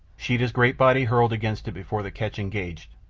sheeta's great body hurtled against it before the catch engaged,